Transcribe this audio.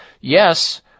yes